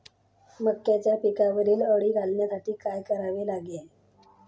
मक्याच्या पिकावरील अळी घालवण्यासाठी काय करावे लागेल?